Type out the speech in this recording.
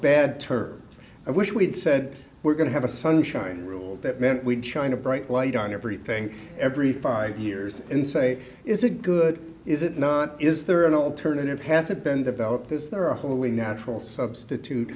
bad term i wish we had said we're going to have a sunshine rule that meant we'd china bright light on everything every five years and say is a good is it not is there an alternative hasn't been developed is there a holy natural substitute